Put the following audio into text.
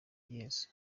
yezu